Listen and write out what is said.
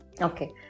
okay